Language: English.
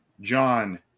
John